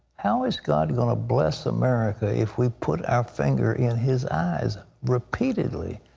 how is god going to bless america if we put our finger in his eyes repeatedly?